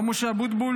מר משה אבוטבול,